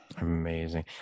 Amazing